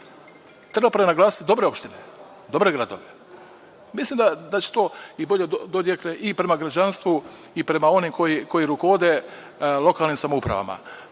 Treba prenaglasiti dobre opštine, dobre gradove. Mislim da će to bolje da odjekne i prema građanstvu i prema onima koji rukovode lokalnim samoupravama.